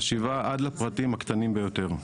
חשיבה עד לפרטים הקטנים ביותר.